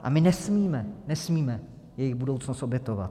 A my nesmíme, nesmíme jejich budoucnost obětovat.